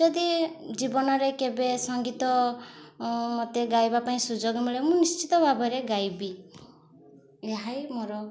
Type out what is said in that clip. ଯଦି ଜୀବନରେ କେବେ ସଙ୍ଗୀତ ମୋତେ ଗାଇବା ପାଇଁ ସୁଯୋଗ ମିଳେ ମୁଁ ନିଶ୍ଚିତ ଭାବରେ ଗାଇବି ଏହା ହିଁ ମୋର